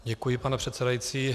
Děkuji, pane předsedající.